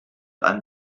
ein